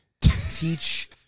teach